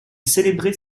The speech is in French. célébrait